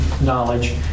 knowledge